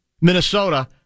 Minnesota